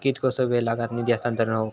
कितकोसो वेळ लागत निधी हस्तांतरण हौक?